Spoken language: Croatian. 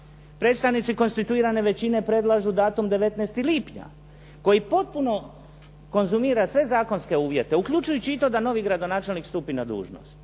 Predstavnici konstituirane većine predlažu datum 19. lipnja koji potpuno konzumira sve zakonske uvjete uključujući i to da novi gradonačelnik stupi na dužnost.